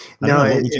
no